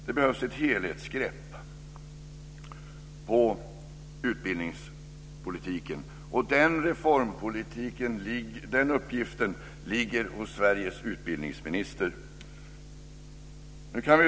Det behövs ett helhetsgrepp på utbildningspolitiken, och den uppgiften ligger hos Sveriges utbildningsminister.